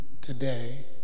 today